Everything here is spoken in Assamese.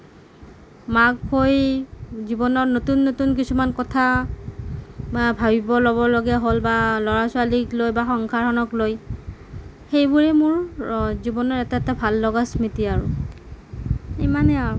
মাক হৈ জীৱনত নতুন নতুন কিছুমান কথা ভাৱিবলগীয়া হ'ল বা ল'ৰা ছোৱালীক লৈ বা সংসাৰ খনক লৈ সেইবোৰে মোৰ জীৱনৰ এটা এটা ভাল লগা স্মৃতি আও ইমানেই আও